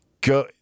Go